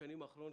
בשנים האחרונות